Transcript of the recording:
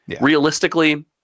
realistically